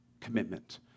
commitment